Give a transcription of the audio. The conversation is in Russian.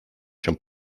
чем